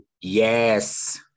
Yes